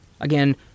again